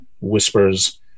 whispers